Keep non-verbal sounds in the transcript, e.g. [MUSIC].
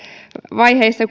vaiheissa [UNINTELLIGIBLE]